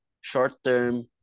short-term